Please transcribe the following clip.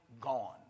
gone